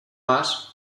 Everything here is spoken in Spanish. más